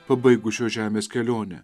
pabaigus šios žemės kelionę